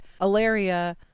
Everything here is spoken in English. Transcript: Alaria